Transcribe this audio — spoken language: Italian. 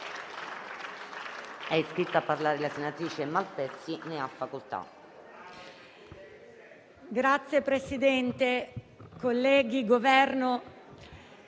È iscritta a parlare la senatrice Gallone. Ne ha facoltà.